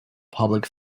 public